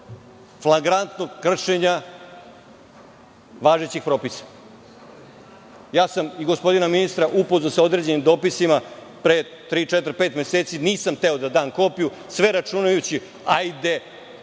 flagrantnog kršenja važećih propisa. Ja sam i gospodina ministra upoznao sa određenim dopisima pre tri, četiri, pet meseci. Nisam hteo da dam kopiju, sve računajući – hajde